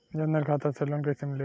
जन धन खाता से लोन कैसे मिली?